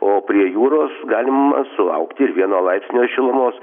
o prie jūros galima sulaukti ir vieno laipsnio šilumos